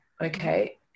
okay